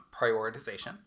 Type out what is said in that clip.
prioritization